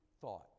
thought